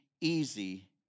easy